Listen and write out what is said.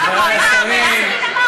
חברי היקרים,